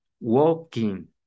walking